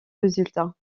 résultat